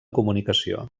comunicació